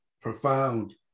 Profound